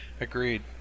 Agreed